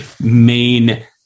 main